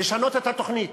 לשנות את התוכנית,